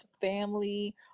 family